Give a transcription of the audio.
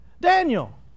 Daniel